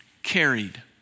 carried